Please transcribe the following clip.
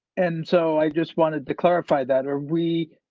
and so i just wanted to clarify that, or we.